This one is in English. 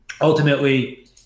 ultimately